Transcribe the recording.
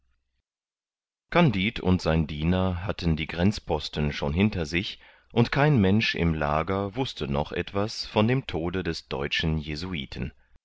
kandid und sein diener hatten die grenzposten schon hinter sich und kein mensch im lager wußte noch etwas von dem tode des deutschen jesuiten